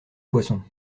poisson